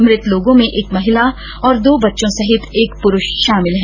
मृत लोगों में एक महिला और दो बच्चों सहित एक प्रुष शामिल हैं